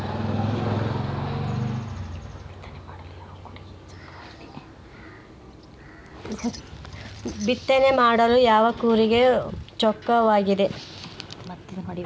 ಬಿತ್ತನೆ ಮಾಡಲು ಯಾವ ಕೂರಿಗೆ ಚೊಕ್ಕವಾಗಿದೆ?